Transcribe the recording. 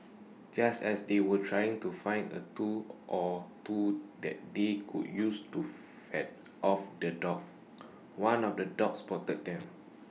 just as they were trying to find A tool or two that they could use to fend off the dog one of the dogs spotted them